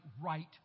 right